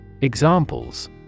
Examples